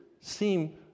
seem